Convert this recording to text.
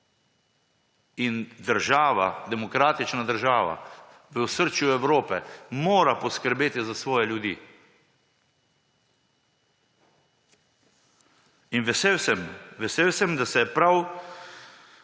in država, demokratična država v osrčju Evrope mora poskrbeti za svoje ljudi. In vesel sem, da se je prav